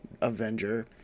Avenger –